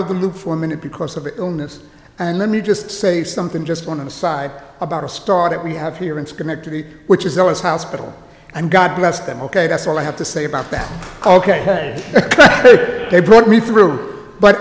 of the loop for a minute because of the illness and let me just say something just one of the side about a star that we have here in schenectady which is known as hospital and god bless them ok that's all i have to say about that ok they brought me through but